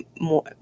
more